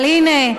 אבל הינה,